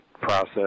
process